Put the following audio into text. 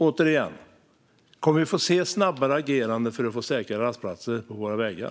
Återigen: Kommer vi att få se ett snabbare agerande för att få säkra rastplatser på våra vägar?